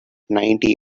ninety